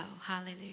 Hallelujah